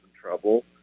trouble